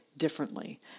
differently